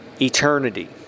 Eternity